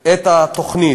את התוכנית.